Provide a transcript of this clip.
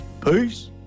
Peace